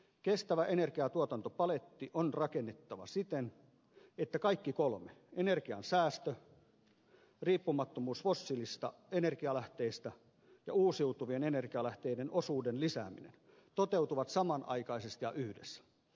kestävä energiantuotantopaletti on rakennettava siten että kaikki kolme energian säästö riippumattomuus fossiilisista energialähteistä ja uusiutuvien energialähteiden osuuden lisääminen toteutuvat samanaikaisesti ja yhdessä